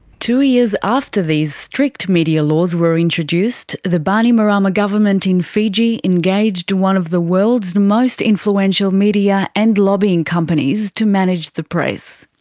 two years after these strict media laws were introduced, the bainimarama government in fiji engaged one of the world's most influential media and lobbying companies to manage the press.